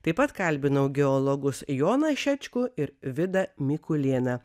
taip pat kalbinau geologus joną šečkų ir vidą mikulėną